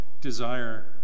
desire